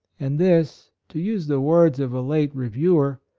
and this, to use the words of a late reviewer,